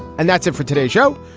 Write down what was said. and that's it for today's show.